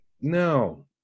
no